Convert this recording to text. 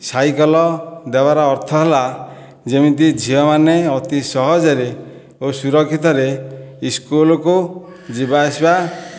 cycle ଦେବାର ଅର୍ଥ ହେଲା ଯେମିତି ଝିଅମାନେ ଅତି ସହଜରେ ଓ ସୁରକ୍ଷିତରେ ସ୍କୁଲକୁ ଯିବା ଆସିବା